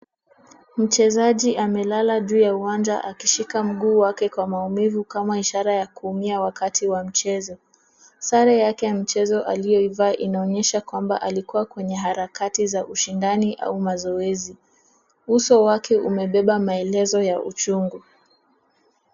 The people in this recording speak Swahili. Mchezaji amelala juu ya uwanja akishika mguu wake kwa maumivu kama ishara ya kuumia wakati wa mchezo. Sare yake ya mchezo aliyoivaa inaonyesha kwamba alikuwa kwenye harakati za ushindani au mazoezi. Uso wake umebeba maelezo ya uchungu.